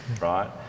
right